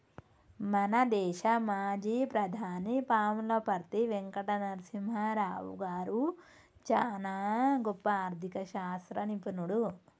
మన దేశ మాజీ ప్రధాని పాములపర్తి వెంకట నరసింహారావు గారు చానా గొప్ప ఆర్ధిక శాస్త్ర నిపుణుడు